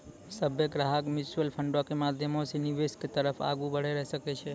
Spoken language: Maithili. सभ्भे ग्राहक म्युचुअल फंडो के माध्यमो से निवेश के तरफ आगू बढ़ै सकै छै